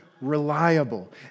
reliable